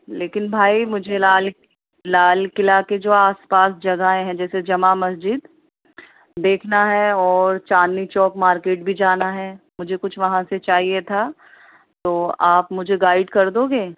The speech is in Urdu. لیکن بھائی مجھے لال لال قلعہ کے جو آس پاس جگہ ہیں جیسے جامع مسجد دیکھنا ہے اور چاندنی چوک مارکیٹ بھی جانا ہے مجھے کچھ وہاں سے چاہیے تھا تو آپ مجھے گائیڈ کر دو گے